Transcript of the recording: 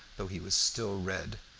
though he was still red,